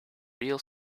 real